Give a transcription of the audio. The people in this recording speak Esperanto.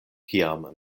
kiam